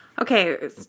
Okay